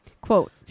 Quote